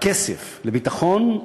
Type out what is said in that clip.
הכסף, לביטחון,